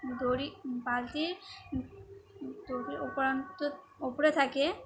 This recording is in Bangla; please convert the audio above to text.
দড়ি বালতির দড়ির উপরে থাকে